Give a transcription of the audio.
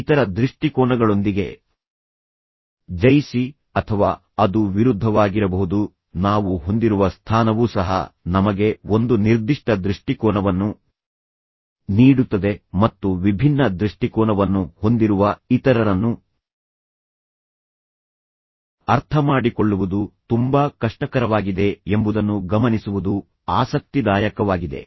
ಇತರ ದೃಷ್ಟಿಕೋನಗಳೊಂದಿಗೆ ಜಯಿಸಿ ಅಥವಾ ಅದು ವಿರುದ್ಧವಾಗಿರಬಹುದು ನಾವು ಹೊಂದಿರುವ ಸ್ಥಾನವೂ ಸಹ ನಮಗೆ ಒಂದು ನಿರ್ದಿಷ್ಟ ದೃಷ್ಟಿಕೋನವನ್ನು ನೀಡುತ್ತದೆ ಮತ್ತು ವಿಭಿನ್ನ ದೃಷ್ಟಿಕೋನವನ್ನು ಹೊಂದಿರುವ ಇತರರನ್ನು ಅರ್ಥಮಾಡಿಕೊಳ್ಳುವುದು ತುಂಬಾ ಕಷ್ಟಕರವಾಗಿದೆ ಎಂಬುದನ್ನು ಗಮನಿಸುವುದು ಆಸಕ್ತಿದಾಯಕವಾಗಿದೆ